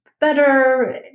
better